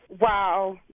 wow